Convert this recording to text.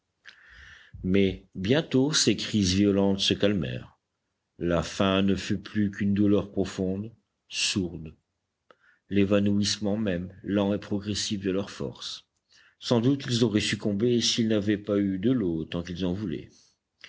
mais bientôt ces crises violentes se calmèrent la faim ne fut plus qu'une douleur profonde sourde l'évanouissement même lent et progressif de leurs forces sans doute ils auraient succombé s'ils n'avaient pas eu de l'eau tant qu'ils en voulaient